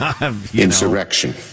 insurrection